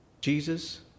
Jesus